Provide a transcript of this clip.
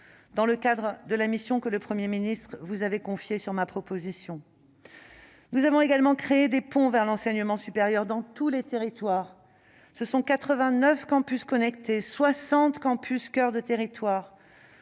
dans le cadre de la mission que le Premier ministre vous avait confiée sur ma proposition. Nous avons également créé des ponts vers l'enseignement supérieur dans tous les territoires. Ce sont 89 campus connectés et 60 campus « coeurs de territoires